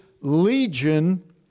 Legion